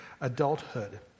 adulthood